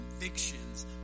convictions